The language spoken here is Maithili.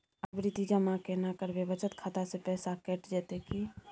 आवर्ति जमा केना करबे बचत खाता से पैसा कैट जेतै की?